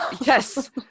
yes